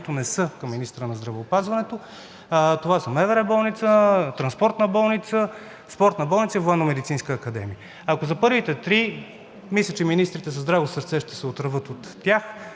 които не са към министъра на здравеопазването. Това са МВР болница, Транспортна болница, Спортна болница и Военномедицинска академия. Ако за първите три мисля, че министрите с драго сърце ще се отърват от тях,